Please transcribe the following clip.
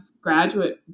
graduate